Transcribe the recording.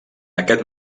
aquest